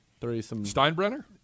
Steinbrenner